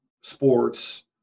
sports